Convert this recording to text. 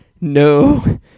no